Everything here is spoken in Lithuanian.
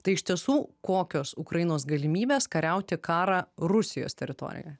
tai iš tiesų kokios ukrainos galimybės kariauti karą rusijos teritorijoj